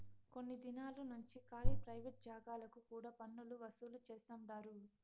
కొన్ని దినాలు నుంచి కాలీ ప్రైవేట్ జాగాలకు కూడా పన్నులు వసూలు చేస్తండారు